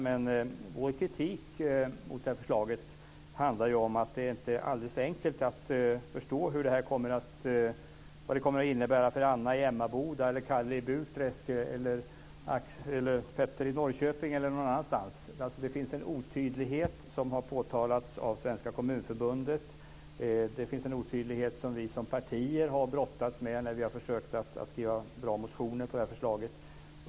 Men vår kritik mot det här förslaget handlar ju om att det inte är alldeles enkelt att förstå vad det kommer att innebära för Anna i Emmaboda, Kalle i Burträsk, Petter i Norrköping eller någon annanstans. Det finns en otydlighet som har påtalats av Svenska Kommunförbundet. Det finns en otydlighet som vi som partier har brottats med när vi har försökt att skriva bra motioner till det här förslaget.